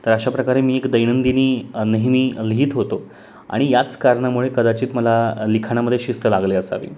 तर अशा प्रकारे मी एक दैनंदिनी नेहमी लिहीत होतो आणि याच कारणामुळे कदाचित मला लिखाणामध्ये शिस्त लागले असावी